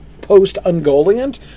post-Ungoliant